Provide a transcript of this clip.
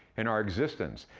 and our existence,